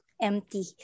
empty